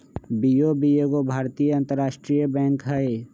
BOB एगो भारतीय अंतरराष्ट्रीय बैंक हइ